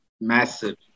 massive